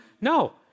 No